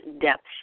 depth